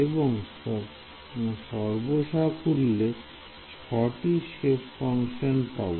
এবং সর্বসাকুল্যে ছটি সেপ ফাংশন পাব